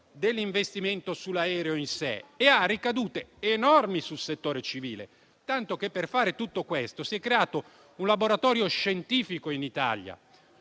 dell'investimento sull'aereo in sé e ha ricadute enormi sul settore civile. Tanto che, per fare tutto questo, si è creato un laboratorio scientifico in Italia